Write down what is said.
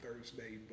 Thursday